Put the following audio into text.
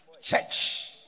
Church